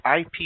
IP